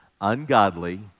ungodly